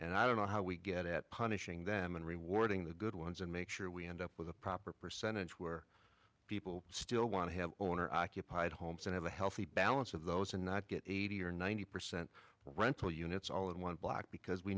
and i don't know how we get at punishing them and rewarding the good ones and make sure we end up with a proper percentage where people still want to have owner occupied homes and have a healthy balance of those and not get eighty or ninety percent rental units all in one block because we